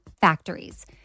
factories